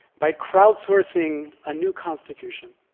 by crowdsourcing a new constitution.